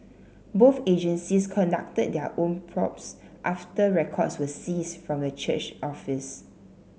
both agencies conducted their own probes after records were seized from the church office